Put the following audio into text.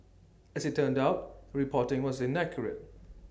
as IT turned out the reporting was inaccurate